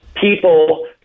people